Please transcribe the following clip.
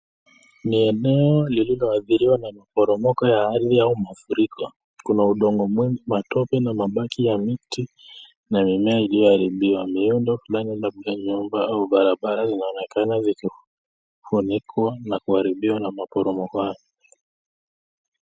Ni eneo lililoadhiriwa na maporomoko ya ardhi au mafuriko. Kuna udongo mingi matope, mabati na miti na mimea iliyoharibiwa. Miundo fulani labda nyumba au barabara zinaonekana ikifunikwa na kuharibiwa na maporomoko hayo.